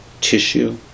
tissue